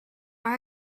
are